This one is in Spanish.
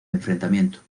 enfrentamiento